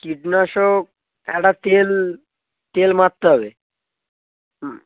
কীটনাশক একটা তেল তেল মারতে হবে হুম